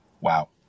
Wow